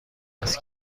است